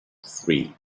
three